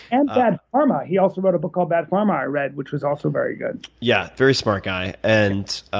and bad pharma, he also wrote a book called bad pharma i read, which was also very good. yeah, very smart guy. and